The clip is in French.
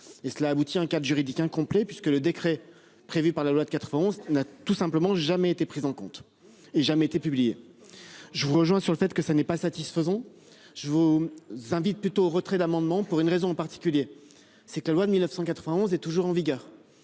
cela aboutit un cadre juridique incomplet, puisque le décret prévu par la loi de 91 n'a tout simplement jamais été prise en compte et jamais été publié. Je vous rejoins sur le fait que ça n'est pas satisfaisant. Je vous invite plutôt au retrait d'amendements pour une raison en particulier, c'est que la loi de 1991 est toujours en vigueur.